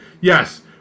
Yes